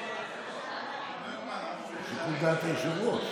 זה שיקול דעת היושב-ראש.